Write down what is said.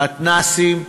מתנ"סים.